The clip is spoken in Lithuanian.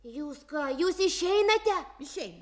jūs ką jūs išeinate visi